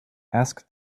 ask